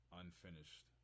unfinished